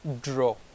draw